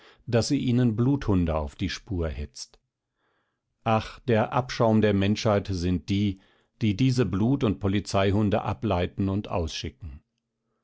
daß sie ihnen bluthunde auf die spur hetzt ach der abschaum der menschheit sind die die diese blut und polizeihunde ableiten und ausschicken